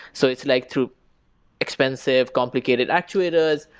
so it's like through expensive, complicated actuators.